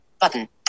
Button